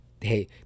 hey